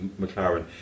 McLaren